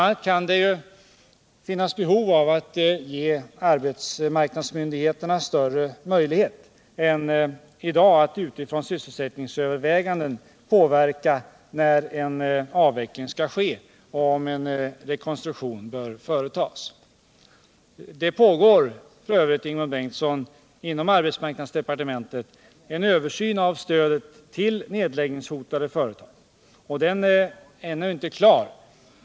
a. kan det finnas behov av att ge arbetsmarknadsmyndigheterna större möjligheter än de har i dag att utifrån sysselsättningssynpunkt överväga en rekonstruktion. Inom departementet pågår f.ö. en översyn av stödet till nedläggningshotade företag. Den är ännu inte klar.